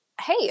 hey